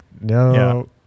no